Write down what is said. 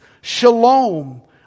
shalom